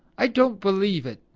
i don't believe it!